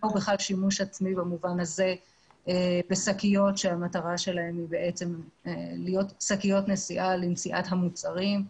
שימוש עצמי בשקיות שהמטרה שלהן היא להיות שקיות לנשיאת המוצרים,